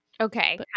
Okay